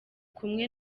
kumwe